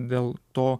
dėl to